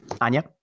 Anya